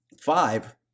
five